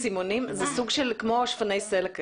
פסמונים, זה כמו שפני סלע כאלה.